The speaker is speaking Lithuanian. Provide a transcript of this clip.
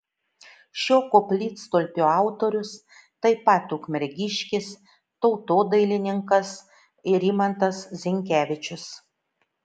šio koplytstulpio autorius taip pat ukmergiškis tautodailininkas rimantas zinkevičius